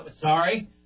Sorry